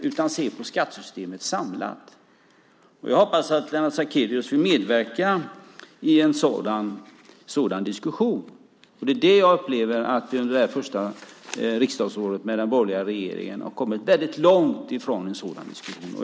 Vi måste se på skattesystemet samlat. Jag hoppas att Lennart Sacrédeus vill medverka i en sådan diskussion. Jag upplever att vi under det här första riksdagsåret med den borgerliga regeringen har kommit väldigt långt ifrån en sådan diskussion.